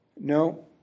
No